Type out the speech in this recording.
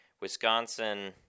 Wisconsin—